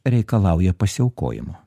reikalauja pasiaukojimo